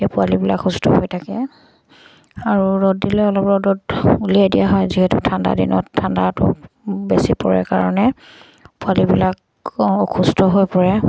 তেতিয়া পোৱালিবিলাক সুস্থ হৈ থাকে আৰু ৰ'দ দিলে অলপ ৰ'দত উলিয়াই দিয়া হয় যিহেতু ঠাণ্ডা দিনত ঠাণ্ডাটো বেছি পৰে কাৰণে পোৱালিবিলাক অসুস্থ হৈ পৰে